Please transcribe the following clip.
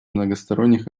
многосторонних